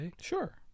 Sure